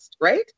right